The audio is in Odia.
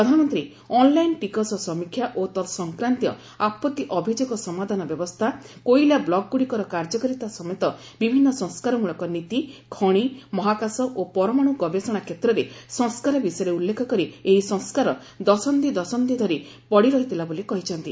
ପ୍ରଧାନମନ୍ତ୍ରୀ ଅନ୍ଲାଇନ୍ ଟିକସ ସମୀକ୍ଷା ଓ ତତ୍ ସଂକ୍ରାନ୍ତୀୟ ଆପତି ଅଭିଯୋଗ ସମାଧାନ ବ୍ୟବସ୍ଥା କୋଇଲା ବ୍ଲୁକ୍ଗୁଡ଼ିକର କାର୍ଯ୍ୟକାରିତା ସମେତ ବିଭିନ୍ନ ସଂସ୍କାର ମୂଳକ ନୀତି ଖଣି ମହାକାଶ ଓ ପରମାଣୁ ଗବେଷଣା କ୍ଷେତ୍ରରେ ସଂସ୍କାର ବିଷୟରେ ଉଲ୍ଲେଖ କରି ଏହି ସଂସ୍କାର ଦଶନ୍ଧି ଦଶନ୍ଧି ଧରି ପଡ଼ିରହିଥିଲା ବୋଲି କହିଛନ୍ତି